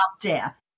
death